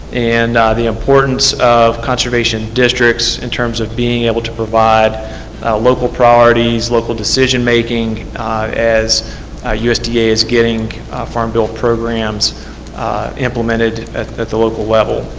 and ah the importance of conservation districts in terms of being able to provide local priorities, local decision-making as usda yeah is getting farm bill programs implemented at the local level.